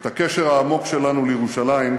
את הקשר העמוק שלנו לירושלים,